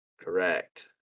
Correct